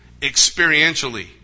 experientially